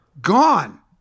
Gone